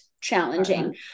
challenging